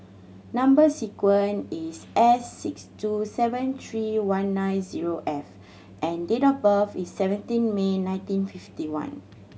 number sequence is S six two seven three one nine zero F and date of birth is seventeen May nineteen fifty one